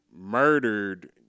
murdered